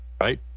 Right